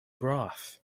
broth